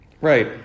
right